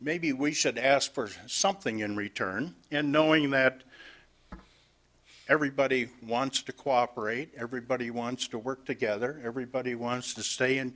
maybe we should ask for something in return and knowing that everybody wants to cooperate everybody wants to work together everybody wants to stay in